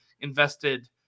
invested